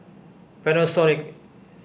Panasonic